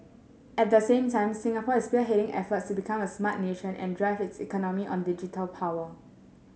at the same time Singapore is spearheading efforts to become a Smart Nation and drive its economy on digital power